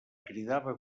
cridava